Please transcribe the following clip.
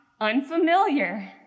unfamiliar